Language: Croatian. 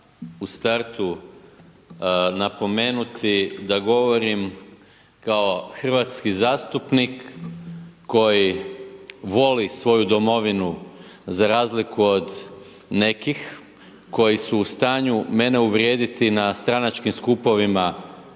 u startu napomenuti da govorim kao hrvatski zastupnik koji volu svoju domovinu za razliku od nekih koji su u stanju mene uvrijediti na stranačkim skupovima